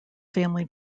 family